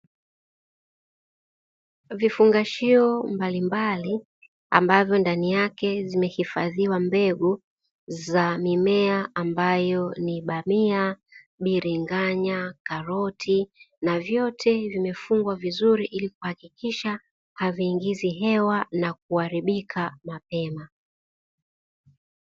Vifungashio mbalimbali ambavyo ndani yake zimehifadhiwa mbegu za mimea, ambayo ni bamia biringanya na karoti na vyote vimefungwa vizuri ili kuhakikisha haviingizi hewa na kuharibika mapema.